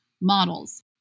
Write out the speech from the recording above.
models